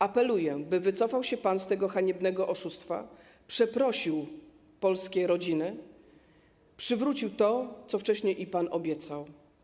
Apeluję, by wycofał się pan z tego haniebnego oszustwa, przeprosił polskie rodziny, przywrócił to, co wcześniej im pan obiecał.